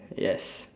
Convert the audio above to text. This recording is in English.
yes